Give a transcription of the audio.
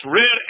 red